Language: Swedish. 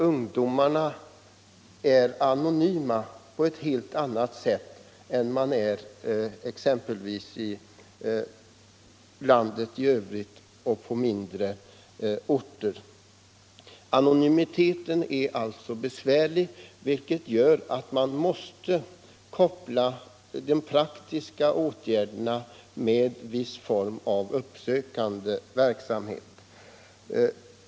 Ungdomarna är där anonyma på ett helt annat sätt än ungdomar på mindre orter är. Anonymiteten är besvärlig, vilket gör att man måste koppla de praktiska åtgärderna med en viss form av uppsökande verksamhet.